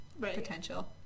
potential